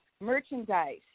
merchandise